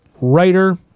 writer